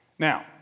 Now